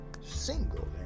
single